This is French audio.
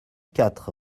quatre